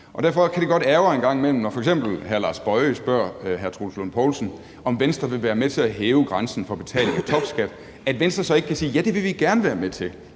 Derfor kan det godt ærgre en gang imellem, f.eks. når hr. Lars Boje Mathiesen spørger hr. Troels Lund Poulsen, om Venstre vil være med til at hæve grænsen for betaling af topskat, at Venstre så ikke kan sige, at ja, det vil de gerne være med til,